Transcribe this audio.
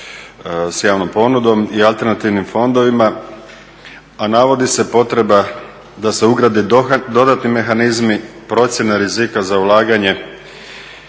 s javnom ponudom i alternativnim fondovima a navodi se potreba da se ugrade dodatni mehanizmi, procjena rizika za ulaganje